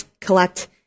collect